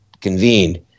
convened